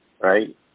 right